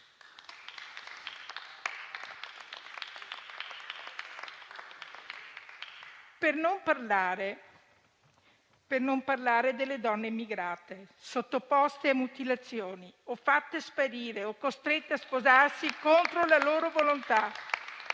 Per non parlare delle donne immigrate, sottoposte a mutilazioni o fatte sparire o costrette a sposarsi contro la loro volontà.